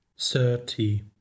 Thirty